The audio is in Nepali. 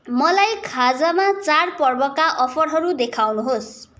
मलाई खाजामा चाडपर्वका अफरहरू देखाउनुहोस्